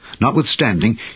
Notwithstanding